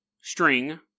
string